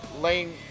lane